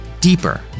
deeper